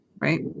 Right